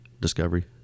discovery